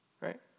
right